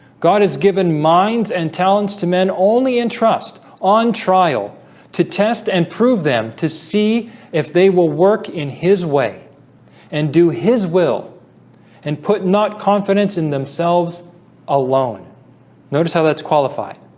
god has given minds and talents to men only in trust on trial to test and prove them to see if they will work in his way and do his will and put not confidence in themselves alone notice how that's qualified